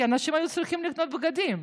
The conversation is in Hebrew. כי אנשים היו צריכים לקנות בגדים.